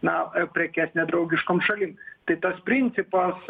na prekes nedraugiškom šalim tai tas principas